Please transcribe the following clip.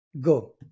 go